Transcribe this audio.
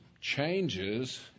changes